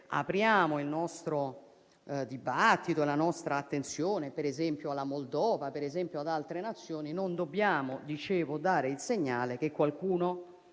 apriamo il nostro dibattito e la nostra attenzione, per esempio, alla Moldova o ad altre Nazioni, non dobbiamo dare il segnale che qualcuno